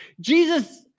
Jesus